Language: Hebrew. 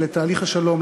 לתהליך השלום,